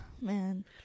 Man